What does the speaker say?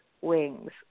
wings